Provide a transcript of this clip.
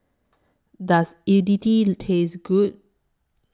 Does Idili Taste Good